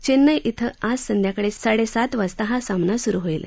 चेन्नई इं आज संध्याकाळी साडेसात वाजता हा सामना सुरु होईल